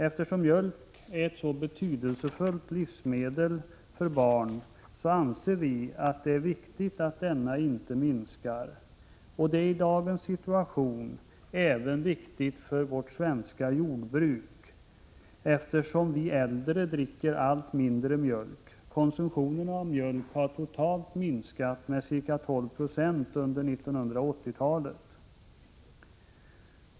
Eftersom mjölk är ett så betydelsefullt livsmedel för barn anser vi att det är viktigt att konsumtionen inte minskar. Det är i dagens situation även viktigt för det svenska jordbruket, eftersom vi äldre dricker allt mindre mjölk — konsumtionen av mjölk har totalt minskat med ca 12 96 under 1980-talet.